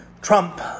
Trump